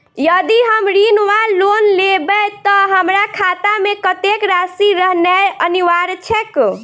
यदि हम ऋण वा लोन लेबै तऽ हमरा खाता मे कत्तेक राशि रहनैय अनिवार्य छैक?